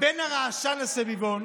בין הרעשן לסביבון?